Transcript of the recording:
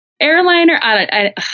airliner